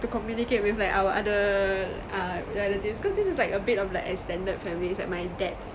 to communicate with like our other uh relatives cause this is like a bit of like extended family it's like my dad's